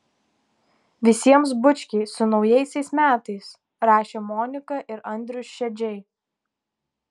visiems bučkiai su naujaisiais metais rašė monika ir andrius šedžiai